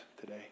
today